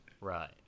Right